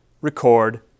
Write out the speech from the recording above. record